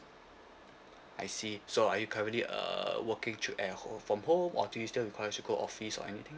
I see so are you currently err working through at home from home or do you still require to go office or anything